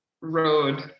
road